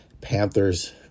Panthers